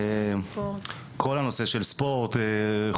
כל הנושא של ספורט,